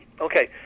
Okay